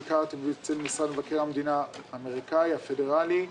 במסגרת זו גם ביקרתי אצל משרד מבקר המדינה האמריקאי הפדרלי,